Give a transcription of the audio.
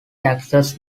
taxes